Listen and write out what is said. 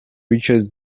reaches